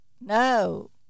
no